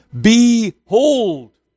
behold